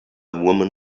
woman